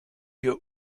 ihr